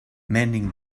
mending